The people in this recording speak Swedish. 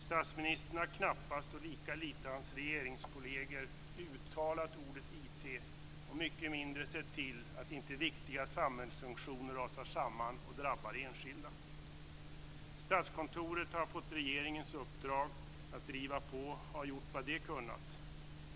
Statsministern har knappast, och lika lite hans regeringskolleger, uttalat ordet IT och mycket mindre sätt till att inte viktiga samhällsfunktioner rasar samman och drabbar enskilda. Statskontoret, som har fått regeringens uppdrag att driva på, har gjort vad man har kunnat.